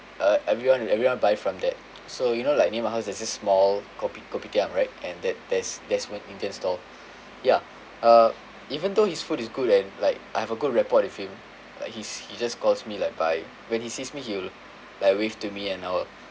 uh everyone everyone buy from that so you know like near my house there is this small kopi kopitiam right and that there's there's one indian stall ya uh even though his food is good and like I have a good rapport with him like he's he just calls me like by when he sees me he'll like wave to me and all